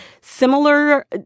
similar